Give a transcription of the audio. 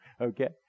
okay